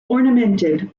ornamented